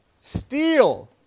steal